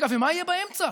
ומה יהיה באמצע?